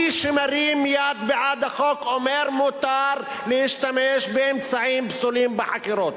מי שמרים יד בעד החוק אומר: מותר להשתמש באמצעים פסולים בחקירות.